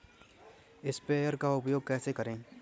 Sprayer का उपयोग कैसे करें?